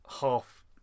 half